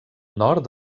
nord